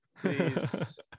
Please